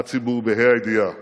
הציבור, בה"א הידיעה